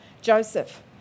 Joseph